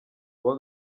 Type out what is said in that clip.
uwa